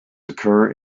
occur